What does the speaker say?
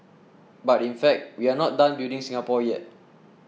but in fact we are not done building Singapore yet